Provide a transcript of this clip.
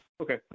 Okay